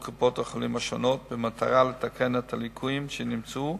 קופות-החולים השונות במטרה לתקן את הליקויים שנמצאו,